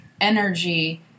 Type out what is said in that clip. energy